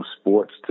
sports